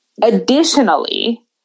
additionally